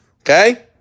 okay